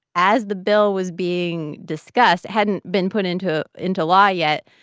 as the bill was being discussed it hadn't been put into into law yet.